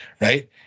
right